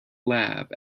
lab